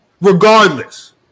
Regardless